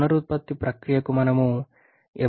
పునరుత్పత్తి ప్రక్రియకు మనం ఎప్పుడు వెళ్లవచ్చు